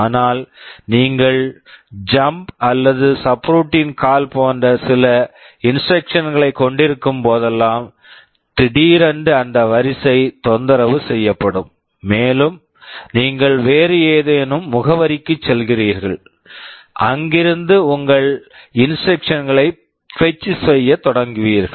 ஆனால் நீங்கள் jump jump அல்லது சப்ரூட்டீன் subroutine கால் call போன்ற சில இன்ஸ்ட்ரக்க்ஷன்ஸ் Instructions களைக் கொண்டிருக்கும்போதெல்லாம் திடீரென்று அந்த வரிசை தொந்தரவு செய்யப்படும் மேலும் நீங்கள் வேறு ஏதேனும் முகவரிக்குச் செல்வீர்கள் அங்கிருந்து உங்கள் இன்ஸ்ட்ரக்க்ஷன்ஸ் Instructions களைப் பெட்ச் fetch செய்யத் தொடங்குவீர்கள்